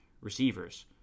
receivers